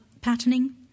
patterning